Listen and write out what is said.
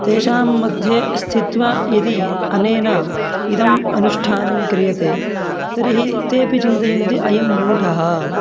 तेषां मध्ये स्थित्वा यदि अनेन इदम् अनुष्ठानं क्रियते तर्हि तेपि चिन्तयन्ति अयं मूढः